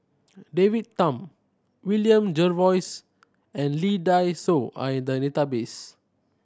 David Tham William Jervois and Lee Dai Soh are in the database